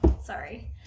Sorry